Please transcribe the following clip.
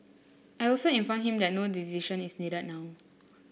I also informed him that no decision is needed now